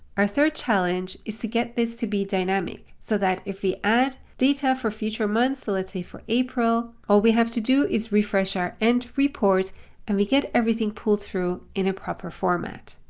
our third challenge, is to get this to be dynamic, so that if we add data for future months, so let's say for april, all we have to do is refresh our end report and we get everything pulled through in a proper format.